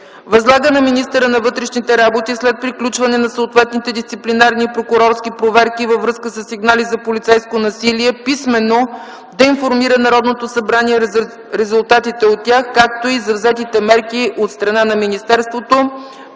Възлага на министъра на вътрешните работи, след приключване на съответните дисциплинарни и прокурорски проверки във връзка със сигнали за полицейско насилие, писмено да информира Народното събрание за резултатите от тях, както и за взетите мерки от страна на министерството.”